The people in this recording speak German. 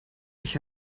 ich